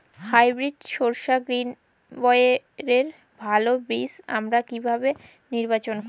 Hybrid শসা গ্রীনবইয়ের ভালো বীজ আমরা কিভাবে নির্বাচন করব?